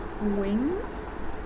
Wings